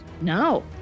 No